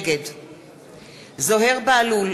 נגד זוהיר בהלול,